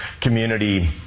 community